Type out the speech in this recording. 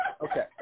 Okay